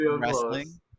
wrestling